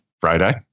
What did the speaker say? Friday